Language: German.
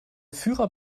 führer